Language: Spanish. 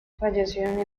falleció